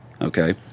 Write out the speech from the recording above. okay